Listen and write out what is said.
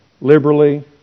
liberally